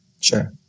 Sure